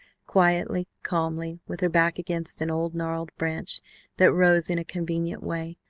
quietly, calmly, with her back against an old gnarled branch that rose in a convenient way,